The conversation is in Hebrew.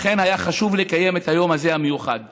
לכן היה חשוב לקיים את היום המיוחד הזה.